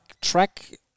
track